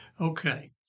Okay